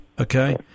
Okay